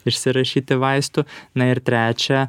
išsirašyti vaistų na ir trečia